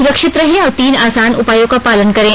सुरक्षित रहें और तीन आसान उपायों का पालन करें